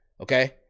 Okay